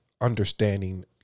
understanding